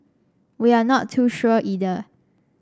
we are not too sure either